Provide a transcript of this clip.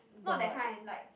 not that kind like